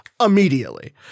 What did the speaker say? Immediately